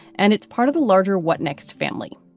and it's part of the larger what next family.